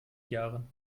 jahren